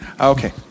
Okay